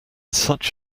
such